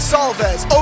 Salvez